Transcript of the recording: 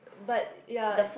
but ya